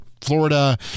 Florida